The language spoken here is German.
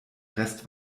rest